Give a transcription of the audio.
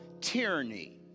tyranny